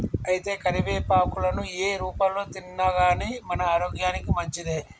అయితే కరివేపాకులను ఏ రూపంలో తిన్నాగానీ మన ఆరోగ్యానికి మంచిదే